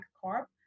Corp